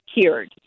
cured